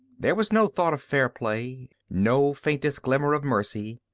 there was no thought of fair play, no faintest glimmer of mercy.